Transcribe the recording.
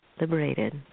liberated